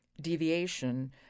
Deviation